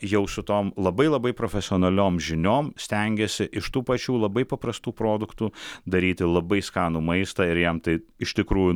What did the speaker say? jau su tom labai labai profesionaliom žiniom stengėsi iš tų pačių labai paprastų produktų daryti labai skanų maistą ir jam tai iš tikrųjų